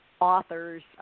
authors